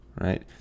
right